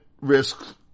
risk